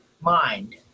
mind